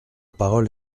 parole